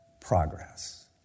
progress